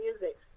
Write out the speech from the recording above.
music